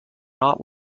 not